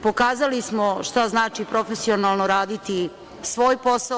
Pokazali smo šta znači profesionalno raditi svoj posao.